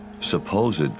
supposed